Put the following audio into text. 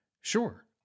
sure